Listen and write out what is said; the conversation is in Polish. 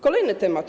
Kolejny temat.